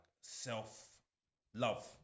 self-love